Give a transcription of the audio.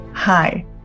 Hi